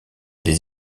des